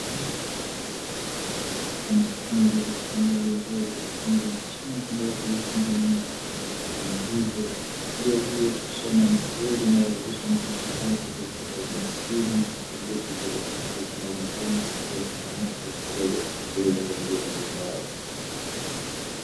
Wanafunzi katika moja ya vyuo vya ufundi nchini wakiendelea kujifunza namna ya kuchomelea vyuma hivyo, njia hii ya kusoma ni nzuri inayowawezesha wanafunzi hao kuweza kupata ujasiri na uthubutu wa kuweza kufanya kazi mbalimbali na kutatua changamoto zitakazo jitokeza kwenye jamii zao.